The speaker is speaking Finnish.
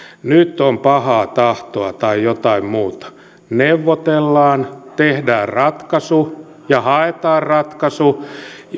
nyt on pahaa tahtoa tai jotain muuta neuvotellaan tehdään ratkaisu ja haetaan ratkaisu